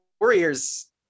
Warriors